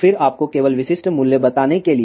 फिर आपको केवल विशिष्ट मूल्य बताने के लिए